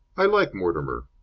i like mortimer.